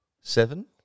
Seven